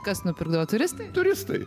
kas netarnavo turistai turistai